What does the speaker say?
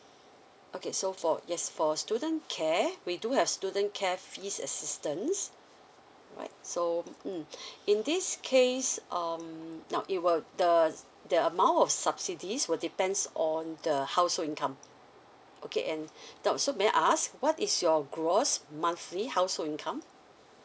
okay so for yes for student care we do have student care fees assistance right so mm in this case um now it will the the amount of subsidies will depends on the household income okay and now so may I ask what is your gross monthly household income